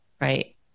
Right